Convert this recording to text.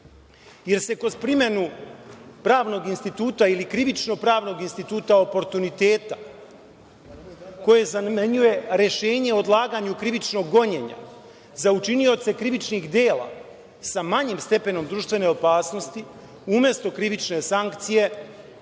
jer se kroz primenu pravnog instituta ili krivično-pravnog instituta oportuniteta, koji zamenjuje rešenje o odlaganju krivičnog gonjenja za učinioce krivičnih dela sa manjim stepenom društvene opasnosti, umesto krivične sankcije,